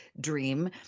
dream